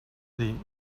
dir